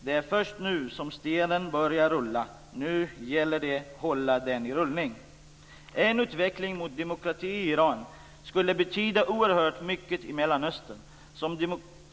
Det är först nu som stenen börjat rulla. Nu gäller det att hålla den i rullning. En utveckling mot demokrati i Iran skulle betyda oerhört mycket i Mellanöstern.